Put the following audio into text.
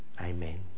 amen